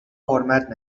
حرمت